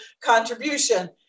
contribution